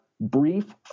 brief